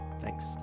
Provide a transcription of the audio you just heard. Thanks